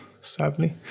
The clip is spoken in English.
sadly